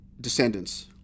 descendants